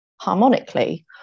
harmonically